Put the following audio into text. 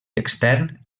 extern